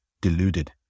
deluded